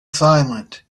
silent